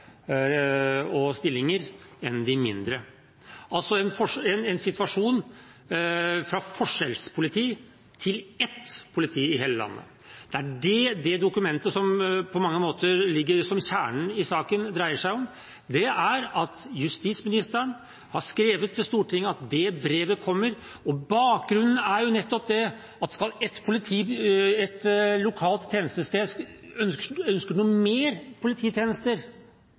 og stillinger, enn de mindre, altså en situasjon med forskjellspoliti – til å ha ett politi i hele landet. Det er det det dokumentet som på mange måter ligger som kjernen i saken, dreier seg om. Justisministeren har skrevet til Stortinget at det brevet kommer, og bakgrunnen er nettopp at skulle et lokalt tjenestested ønske mer polititjenester,